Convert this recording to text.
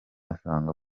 asanga